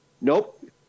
Nope